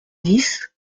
dix